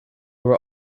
were